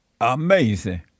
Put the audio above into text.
Amazing